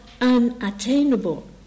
unattainable